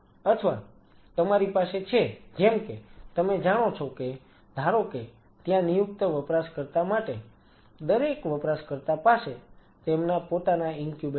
અથવા તમારી પાસે છે જેમકે તમે જાણો છો કે ધારો કે ત્યાં નિયુક્ત વપરાશકર્તા માટે દરેક વપરાશકર્તા પાસે તેમના પોતાના ઇન્ક્યુબેટર છે